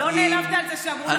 לא נעלבת על זה כשאמרו לכם